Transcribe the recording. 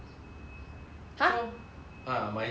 ah 买鞋买鞋 like